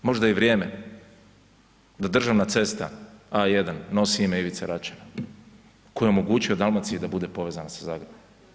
Možda je i vrijeme da državna cesta A1 nosi ime Ivice Račana koji je omogućio Dalmaciji da bude povezana sa Zagrebom.